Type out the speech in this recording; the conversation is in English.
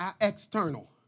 external